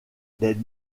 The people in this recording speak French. des